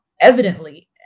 evidently